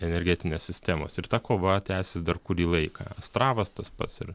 energetinės sistemos ir ta kova tęsis dar kurį laiką astravas tas pats ir